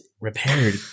repaired